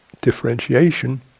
differentiation